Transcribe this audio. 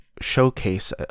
Showcase